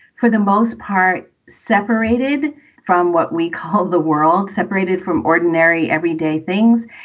for the most part, separated from what we call the world, separated from ordinary, everyday things.